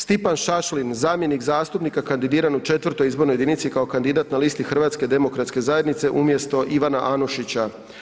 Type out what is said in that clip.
Stipan Šašlin zamjenik zastupnika kandidiran u IV. izbornoj jedinici kao kandidat na listi Hrvatske demokratske zajednice umjesto Ivana Anušića.